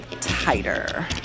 tighter